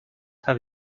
have